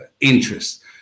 interest